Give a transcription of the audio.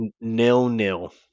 Nil-nil